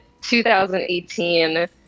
2018